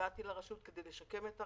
הגעתי בזמנו לרשות כדי לשקם אותה